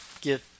get